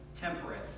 temperate